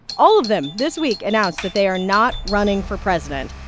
all of them this week announced that they are not running for president.